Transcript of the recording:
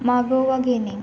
मागोवा घेणे